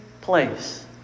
place